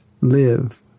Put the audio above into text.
live